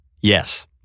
Yes